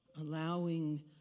allowing